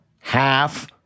half